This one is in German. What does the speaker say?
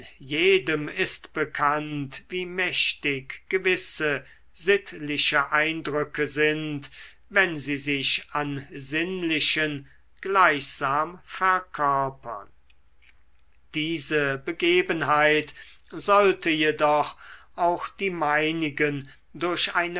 jedem ist bekannt wie mächtig gewisse sittliche eindrücke sind wenn sie sich an sinnlichen gleichsam verkörpern diese begebenheit sollte jedoch auch die meinigen durch